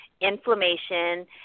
inflammation